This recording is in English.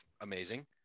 Amazing